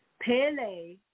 Pele